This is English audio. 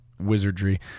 wizardry